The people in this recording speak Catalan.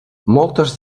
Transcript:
moltes